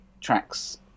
tracks